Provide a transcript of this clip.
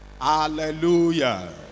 Hallelujah